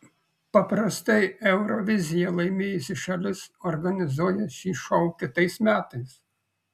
paprastai euroviziją laimėjusi šalis organizuoja šį šou kitais metais